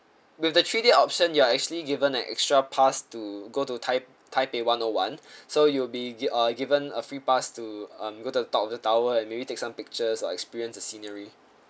with the three day option you are actually given an extra pass to go to tai~ taipei one O one so you'll be give uh given a free pass to um go to the top of the tower and maybe take some pictures or experience a scenery